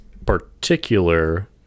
Particular